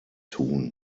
tun